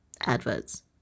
adverts